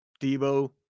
Debo